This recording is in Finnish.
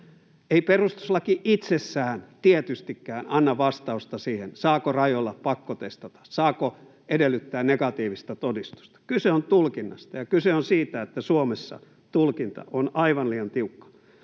Ei perustuslaki itsessään tietystikään anna vastausta siihen, saako rajoilla pakkotestata, saako edellyttää negatiivista todistusta. Kyse on tulkinnasta. Ja kyse on siitä, että Suomessa tulkinta on aivan liian tiukkaa.